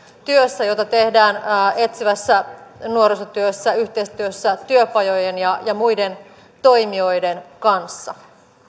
työssä jota tehdään etsivässä nuorisotyössä yhteistyössä työpajojen ja muiden toimijoiden kanssa